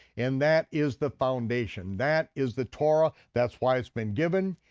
and that is the foundation, that is the torah, that's why it's been given,